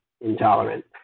intolerant